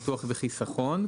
ביטוח וחיסכון.